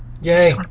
Yay